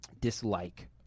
dislike